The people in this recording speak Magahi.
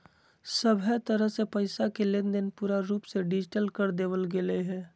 सभहे तरह से पैसा के लेनदेन पूरा रूप से डिजिटल कर देवल गेलय हें